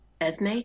esme